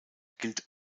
gilt